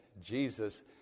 Jesus